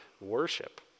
worship